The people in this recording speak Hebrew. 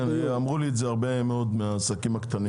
אמרו לי את זה הרבה מאוד מהעסקים הקטנים.